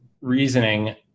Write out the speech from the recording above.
reasoning